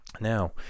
Now